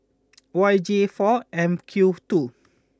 Y J four M Q two